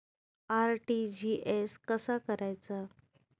RTGS कसा करायचा?